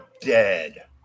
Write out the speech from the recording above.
dead